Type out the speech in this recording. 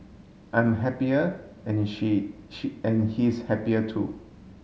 I'm happier and she she and he's happier too